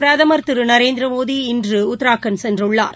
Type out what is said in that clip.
பிரதமர் திரு நரேந்திரமோடி இன்று உத்ரகாண்ட் சென்றுள்ளார்